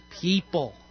people